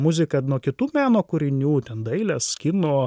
muzika nuo kitų meno kūrinių ten dailės kino